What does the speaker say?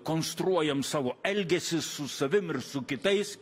konstruojam savo elgesį su savim ir su kitais